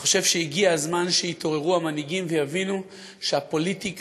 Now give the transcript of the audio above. אני חושב שהגיע הזמן שיתעוררו המנהיגים ויבינו שהפוליטיקה